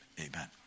Amen